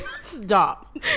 Stop